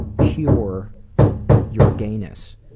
cure your gayness.